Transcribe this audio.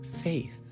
Faith